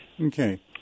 Okay